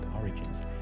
origins